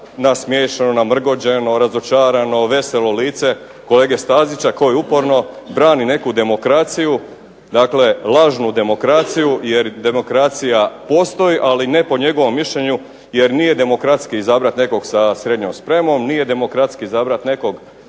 nasmiješeno, namrgođeno, razočarano, veselo lice kolege Stazića koji uporno brani neku demokraciju. Dakle, lažnu demokraciju jer demokracija postoji, ali ne po njegovom mišljenju jer nije demokratski izabrati nekog sa srednjom spremom, nije demokratski izabrati nekog